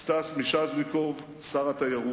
סטס מיסז'ניקוב, שר התיירות,